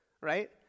right